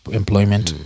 employment